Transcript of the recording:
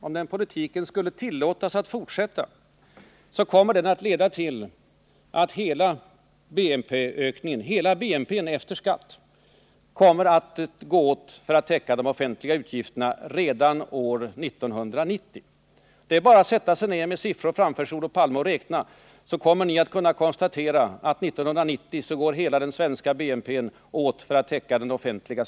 Om den politiken skulle tillåtas att fortsätta, så kommer den att leda till att hela BNP:n efter skatt kommer att gå åt för att täcka de offentliga utgifterna redan år 1990. Det är bara att sätta sig ner med siffror framför sig och räkna, Olof Palme, så kommer ni att kunna konstatera att detta kommer att ske.